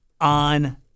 on